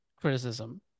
criticism